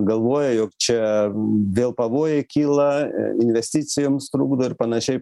galvoja jog čia dėl pavojai kyla investicijoms trukdo ir panašiai